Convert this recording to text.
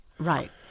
Right